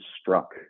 struck